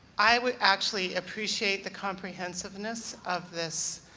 i would actually appreciate the comprehensiveness of this